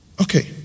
Okay